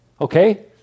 okay